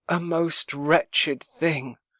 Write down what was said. a most wretched thing,